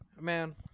Man